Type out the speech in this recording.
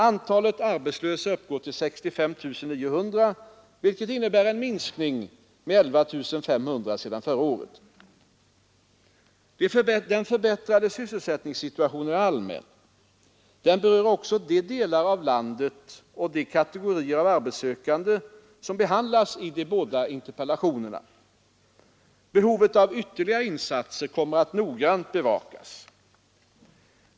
Antalet arbetslösa uppgår till 65 900, vilket innebär en minskning med 11 500 sedan förra året. Den förbättrade sysselsättningssituationen är allmän. Den berör också de delar av landet och de kategorier av arbetssökande, som behandlas i de båda interpellationerna. Behovet av ytterligare insatser kommer att noggrant bevakas.